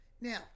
Now